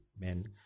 men